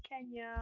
Kenya